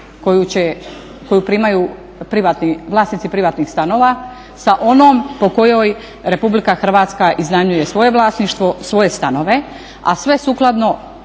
koju primaju vlasnici privatnih stanova sa onom po kojoj Republika Hrvatska iznajmljuje svoje vlasništvo, svoje stanove, a sve sukladno